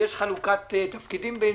כי יש חלוקת תפקידים בינינו.